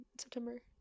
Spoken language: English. September